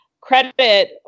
credit